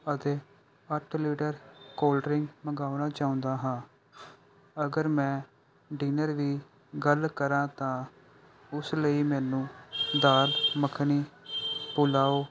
ਅਤੇ ਅੱਠ litre cold drink ਮੰਗਾਉਣਾ ਚਾਹੁੰਦਾ ਹਾਂ ਅਗਰ ਮੈਂ ਡਿਨਰ ਵੀ ਗੱਲ ਕਰਾਂ ਤਾਂ ਉਸ ਲਈ ਮੈਨੂੰ ਦਾਲ ਮੱਖਣੀ ਪੁਲਾਓ